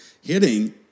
Hitting